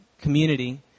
community